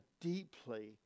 deeply